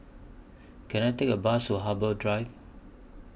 Can I Take A Bus to Harbour Drive